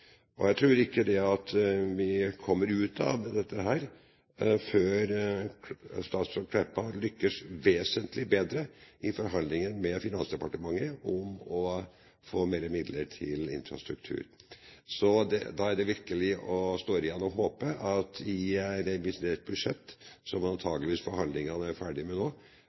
Og jeg tror ikke vi kommer ut av dette før statsråd Meltveit Kleppa lykkes vesentlig bedre i forhandlinger med Finansdepartementet om å få mer midler til infrastruktur. Så da gjenstår det virkelig å håpe at i revidert budsjett – der man antageligvis er ferdig med forhandlingene nå